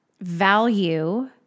value